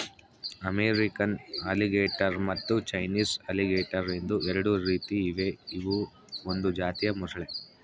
American alligator ಮತ್ತು Chinese alligator ಎಂದು ಎರಡು ರೀತಿ ಇವೆ ಇವು ಒಂದು ಜಾತಿಯ ಮೊಸಳೆ